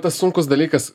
tas sunkus dalykas